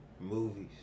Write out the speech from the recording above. movies